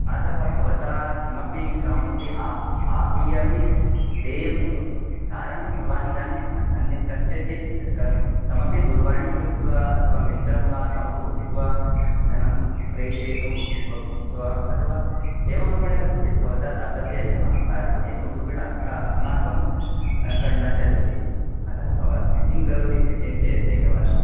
अतः भवता किमपि कामपि आह् आहूय अपि देयमेव कारणं भवान् इदानीम् अन् अन्यत् कस्यचित् कम् कमपि दूरवाणीं कृत्वा अथवा मित्रं वा कमपि उक्त्वा धनं प्रेषयतुं वा उक्त्वा अथवा एवं रूपेण कथंचित् भवता दातव्यमेव कारणम् एवं रूपेण अत्र अस्माकं तन्न चलति अतः भवान् किं करोतिति चिन्तयतु एकवारं